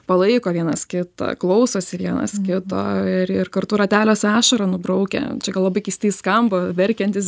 palaiko vienas kitą klausosi vienas kito ir ir kartu rateliuose ašarą nubraukia čia gal labai keistai skamba verkiantis